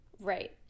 Right